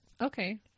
okay